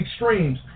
extremes